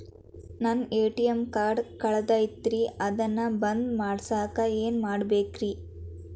ನನ್ನ ATM card ಕಳದೈತ್ರಿ ಅದನ್ನ ಬಂದ್ ಮಾಡಸಾಕ್ ಏನ್ ಮಾಡ್ಬೇಕ್ರಿ?